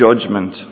judgment